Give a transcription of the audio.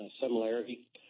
similarity